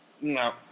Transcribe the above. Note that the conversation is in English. No